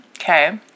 Okay